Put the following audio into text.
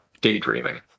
daydreaming